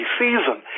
season